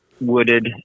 wooded